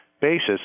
basis